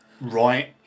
Right